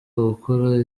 gukora